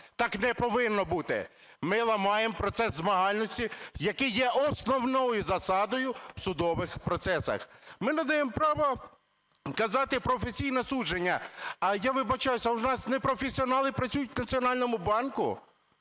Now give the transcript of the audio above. Так не повинно бути. Ми ламаємо процес змагальності, який є основною засадою в судових процесах. Ми надаємо право казати "професійне судження". А я вибачаюся, а у нас непрофесіонали працюють в Національному банку?